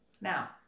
Now